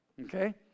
okay